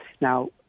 Now